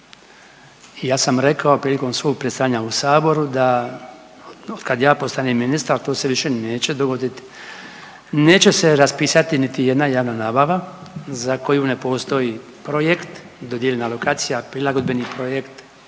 ja sam rekao prilikom svog predstavljanja u Saboru da od kad ja postanem ministar to se više neće dogoditi, neće se raspisati niti jedna javna nabava za koju ne postoji projekt, dodijeljena lokacija, prilagodbeni projekt,